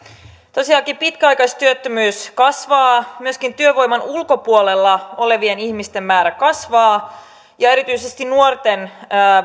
tosiaankin pitkäaikaistyöttömyys kasvaa myöskin työvoiman ulkopuolella olevien ihmisten määrä kasvaa ja erityisesti nuorten